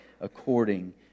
according